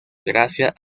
gracias